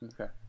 Okay